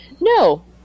No